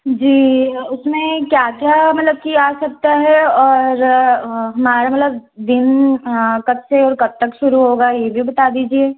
जी उसमें क्या क्या मतलब कि आ सकता है और हमारा मतलब दिन कब से कब तक शुरू होगा ये भी बता दीजिए